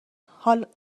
حاال